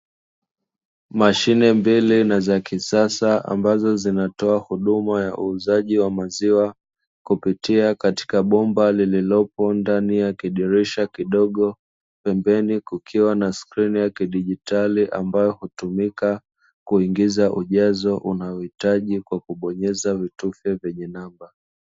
Mashine mbili na za kisasa ambazo zinatoa huduma ya uuzaji wa maziwa kupitia katika bomba lililopo ndani ya kidirisha kidogo, pembeni kukiwa na skrini ya kidigitali ambayo hutumika kuingiza ujazo unaouhitaji kwa kubonyeza vitufe vyenye namba.